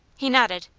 he nodded.